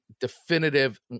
definitive